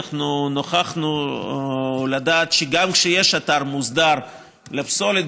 אנחנו נוכחנו לדעת שגם כשיש אתר מוסדר לפסולת,